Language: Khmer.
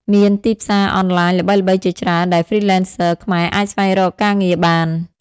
មានទីផ្សារអនឡាញល្បីៗជាច្រើនដែល Freelancers ខ្មែរអាចស្វែងរកការងារបាន។